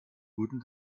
guten